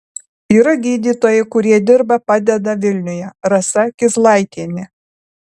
yra gydytojai kurie dirba padeda vilniuje rasa kizlaitienė